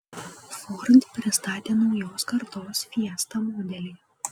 ford pristatė naujos kartos fiesta modelį